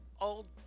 old